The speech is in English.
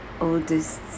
oldest